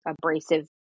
abrasive